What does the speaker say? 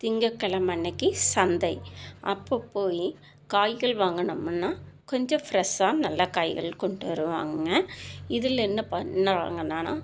திங்கக் கிழம அன்னைக்கு சந்தை அப்போ போயி காய்கள் வாங்கனமுன்னா கொஞ்சம் ஃப்ரெஷ்ஷாக நல்லா காய்கள் கொண்டு வருவாங்கள் இதில் என்ன பண்ணவாங்கன்னா